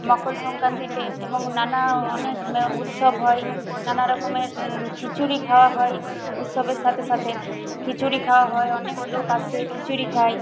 মকর সংক্রান্তিতে এবং নানা অনেক উৎসব হয় নানা রকমের খিচুড়ি খাওয়া হয় উৎসবের সাথে সাথে খিচুড়ি খাওয়া হয় অনেক লোক আসে খিচুড়ি খায়